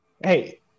Hey